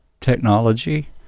technology